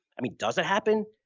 i mean, does it happen?